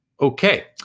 Okay